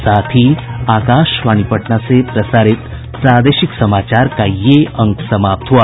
इसके साथ ही आकाशवाणी पटना से प्रसारित प्रादेशिक समाचार का ये अंक समाप्त हुआ